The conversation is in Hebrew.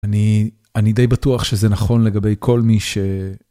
אני אני די בטוח שזה נכון לגבי כל מי ש.